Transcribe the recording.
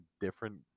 different